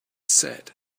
said